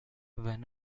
when